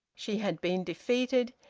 she had been defeated,